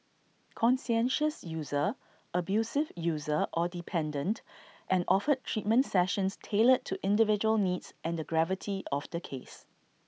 conscientious user abusive user or dependent and offered treatment sessions tailored to individual needs and the gravity of the case